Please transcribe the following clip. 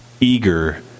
eager